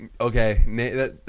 Okay